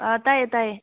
ꯑꯥ ꯇꯥꯏꯌꯦ ꯇꯥꯏꯌꯦ